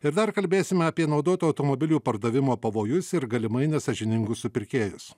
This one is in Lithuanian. ir dar kalbėsime apie naudotų automobilių pardavimo pavojus ir galimai nesąžiningus supirkėjus